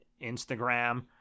Instagram